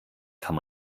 kann